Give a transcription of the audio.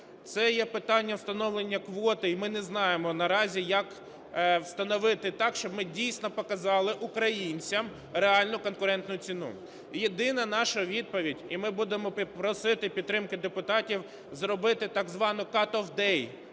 Це є питання встановлення квоти і ми не знаємо наразі як встановити так, щоб ми дійсно показали українцям реальну конкурентну ціну. Єдина наша відповідь, і ми будемо просити підтримки депутатів, зробити так звану cut-off date